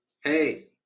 hey